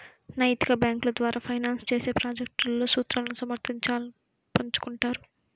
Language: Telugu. నైతిక బ్యేంకుల ద్వారా ఫైనాన్స్ చేసే ప్రాజెక్ట్లలో సూత్రాలను సమర్థించాలను పంచుకుంటారు